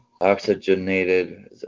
oxygenated